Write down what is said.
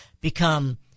become